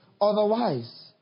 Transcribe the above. otherwise